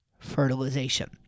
fertilization